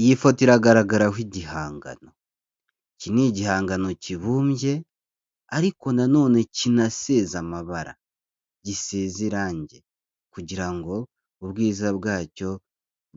Iyi foto iragaragaraho igihangano iki ni igihangano kibumbye ,ariko nanone kinasize amabara gisize irangi kugira ngo ubwiza bwacyo